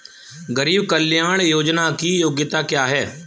गरीब कल्याण योजना की योग्यता क्या है?